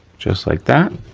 just like that,